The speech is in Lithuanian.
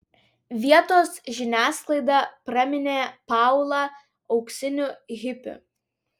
vietos žiniasklaida praminė paulą auksiniu hipiu